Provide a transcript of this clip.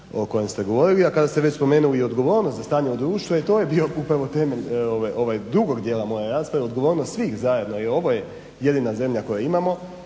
o kojem ste govorili. A kada ste već spomenuli i odgovornost za stanje u društvu e to je bio upravo temelj drugog dijela moje rasprave, odgovornost svih zajedno. Jer ovo je jedina zemlja koju imamo